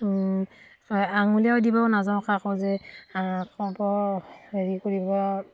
আঙুলীয়াই দিবও নাযাওঁ কাকো যে ক'ব হেৰি কৰিব